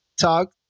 talk